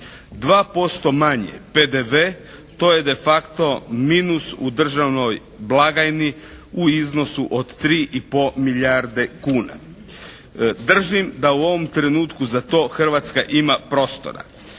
2% manje PDV, to je de facto minus u državnoj blagajni u iznosu od 3 i pol milijarde kuna. Držim da u ovom trenutku za to Hrvatska ima prostora.